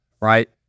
right